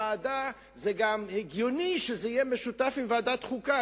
זה גם הגיוני שזה יהיה משותף עם ועדת החוקה,